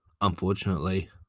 unfortunately